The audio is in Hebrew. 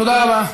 תודה רבה,